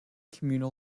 communal